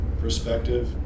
perspective